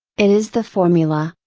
it is the formula,